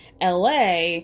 LA